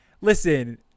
listen